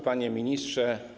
Panie Ministrze!